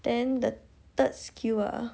then the third skill ah